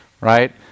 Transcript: right